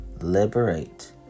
Liberate